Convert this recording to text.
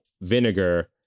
vinegar